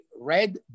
red